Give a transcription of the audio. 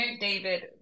David